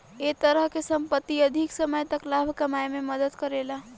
ए तरह के संपत्ति अधिक समय तक लाभ कमाए में मदद करेला